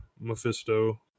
mephisto